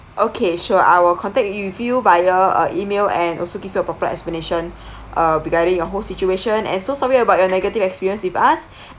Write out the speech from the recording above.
okay sure I will contact yo~ with you via uh email and also give you a proper explanation uh regarding the whole situation and so sorry about your negative experience with us